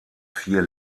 vier